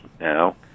now